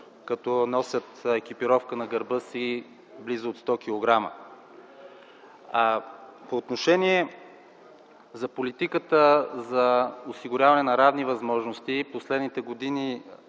като носят екипировка на гърба си от близо 100 килограма. По отношение на политиката за осигуряване на равни възможности, последните години